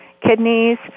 kidneys